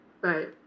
Right